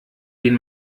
den